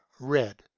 red